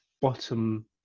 bottom